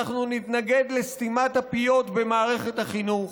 אנחנו נתנגד לסתימת הפיות במערכת החינוך,